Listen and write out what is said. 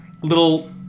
little